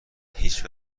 هیچ